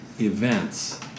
events